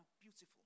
beautiful